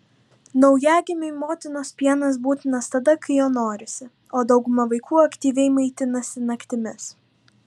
naujagimiui motinos pienas būtinas tada kai jo norisi o dauguma vaikų aktyviai maitinasi naktimis